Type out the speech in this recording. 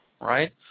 right